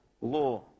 law